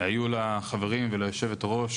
לחברים וליו"ר,